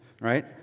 Right